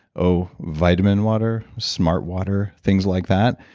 oh, vitaminwater, smartwater things like that.